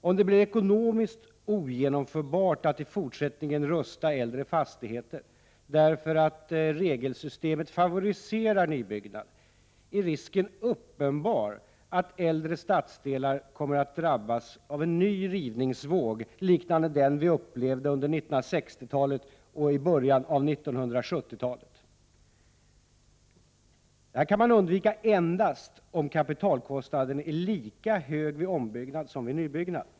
Om det blir ekonomiskt ogenomförbart att i fortsättningen rusta upp äldre fastigheter därför att regelsystemet favoriserar nybyggnad, är risken uppenbar att äldre stadsdelar kommer att drabbas av en ny rivningsvåg liknande den vi upplevde under 1960-talet och i början av 1970-talet. Detta kan man undvika endast om kapitalkostnaden är lika hög vid ombyggnad som vid nybyggnad.